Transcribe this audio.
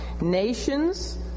Nations